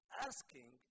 asking